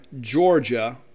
Georgia